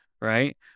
Right